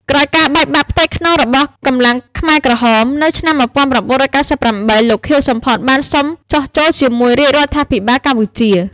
ក្រោយការបែកបាក់ផ្ទៃក្នុងរបស់កម្លាំងខ្មែរក្រហម នៅឆ្នាំ ១៩៩៨ លោក ខៀវ សំផន បានសុំចុះចូលជាមួយរាជរដ្ឋាភិបាលកម្ពុជា។